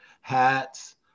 hats